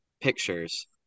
pictures